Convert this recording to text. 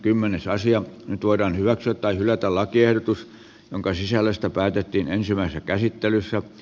nyt voidaan hyväksyä tai hylätä lakiehdotus jonka sisällöstä päätettiin ensimmäisessä käsittelyssä